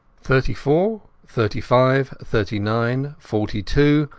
athirty-four, thirty-five, thirty-nine, forty-two,